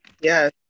Yes